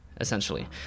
essentially